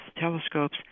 telescopes